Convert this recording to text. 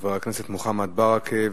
חבר הכנסת מוחמד ברכה,